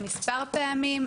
מספר פעמים.